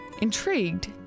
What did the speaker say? Intrigued